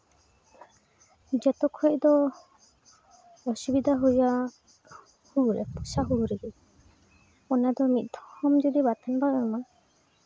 ᱡᱚᱛᱚ ᱠᱷᱚᱡ ᱫᱚ ᱚᱥᱩᱵᱤᱫᱷᱟ ᱦᱩᱭᱩᱜᱼᱟ ᱦᱩᱲᱩᱨᱮ ᱵᱚᱨᱥᱟ ᱦᱩᱲᱩ ᱨᱮᱜᱮ ᱚᱱᱟᱫᱚ ᱢᱤᱫ ᱫᱚᱢ ᱡᱩᱫᱤ ᱵᱟᱛᱟᱱ ᱵᱟᱢ ᱮᱢᱟ